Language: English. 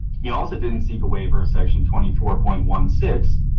he also didn't seek a waiver, a section twenty four point one six,